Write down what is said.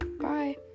Bye